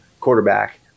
quarterback